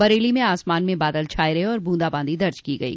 बरेली में आसमान में बादल छाये रहे और बूंदा बांदी दर्ज की गयी